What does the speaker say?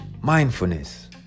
mindfulness